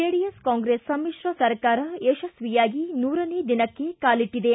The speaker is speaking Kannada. ಜೆಡಿಎಸ್ ಕಾಂಗ್ರೆಸ್ ಸಮಿಶ್ರ ಸರ್ಕಾರ ಯಶಸ್ವಿಯಾಗಿ ನೂರನೆಯ ದಿನಕ್ಕೆ ಕಾಲಿಟ್ಟಿದೆ